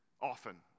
often